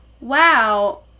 Wow